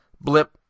Blip